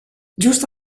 just